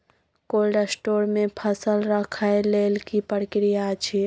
Cold store मे फसल रखय लेल की प्रक्रिया अछि?